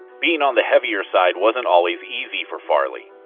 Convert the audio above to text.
being on the heavier side wasn't always easy for farley.